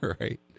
right